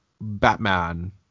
batman